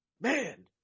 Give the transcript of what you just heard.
man